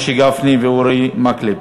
משה גפני ואורי מקלב,